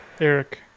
eric